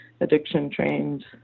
addiction-trained